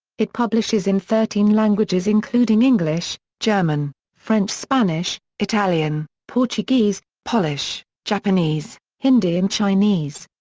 it publishes in thirteen languages including english, german, french spanish, italian, portuguese, polish, japanese, hindi and chinese.